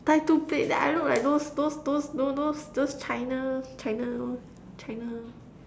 tie two plaits then I look like those those those know those those China China China